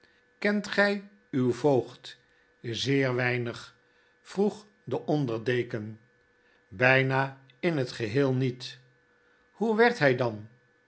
kent gy uw voogd zeer weinig vroeg de onder deken byna in het geheel niet hoe werd hy dan